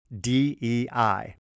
DEI